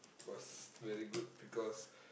was very good because